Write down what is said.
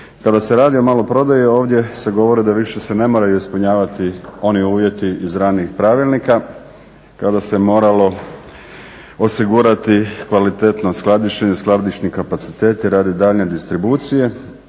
kada se radi o maloprodaji ovdje se govori da više se ne moraju ispunjavati oni uvjeti iz ranijih pravilnika kada se moralo osigurati kvalitetno skladištenje, skladišni kapaciteti radi daljnje distribucije,